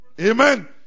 Amen